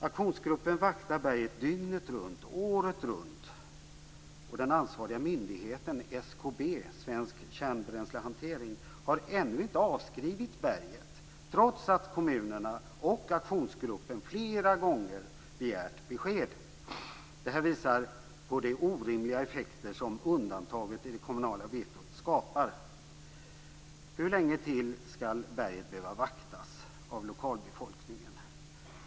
Aktionsgruppen vaktar berget dygnet runt, året runt, och den ansvariga myndigheten SKB, Svensk Kärnbränslehantering, har ännu inte avskrivit berget trots att kommunerna och aktionsgruppen flera gånger har begärt besked. Det här visar på de orimliga effekter som undantaget i det kommunala vetot skapar. Hur länge skall berget behöva vaktas av lokalbefolkningen?